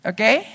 Okay